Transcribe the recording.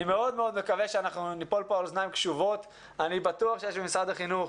אני בטוח שיש אנשים במשרד החינוך